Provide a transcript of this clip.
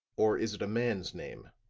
or is it a man's name?